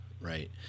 Right